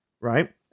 right